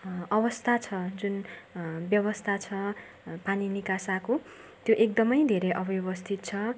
अवस्था छ जुन व्यवस्था छ पानी निकासाको त्यो एकदमै धेरै अव्यवस्थित छ